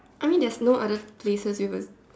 I mean there's no other places with a